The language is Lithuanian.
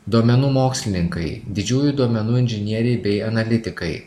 duomenų mokslininkai didžiųjų duomenų inžinieriai bei analitikai